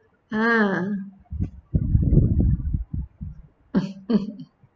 ah